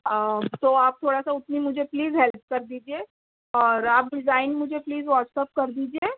تو آپ تھوڑا سا اُس میں مجھے پلیز ہیلپ کر دیجیے اور آپ ڈیزائن مجھے پلیز واٹس اپ کر دیجیے